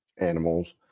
animals